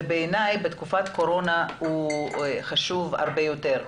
ובעיניי, בתקופת הקורונה הוא חשוב הרבה יותר.